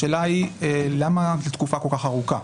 השאלה היא למה בתקופה כל כך ארוכה.